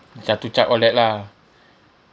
means have to chuck all that lah